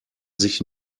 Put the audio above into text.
sich